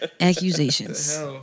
Accusations